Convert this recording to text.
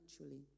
naturally